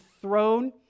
thrown